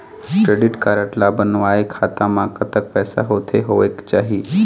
Credit card ला बनवाए खाता मा कतक पैसा होथे होएक चाही?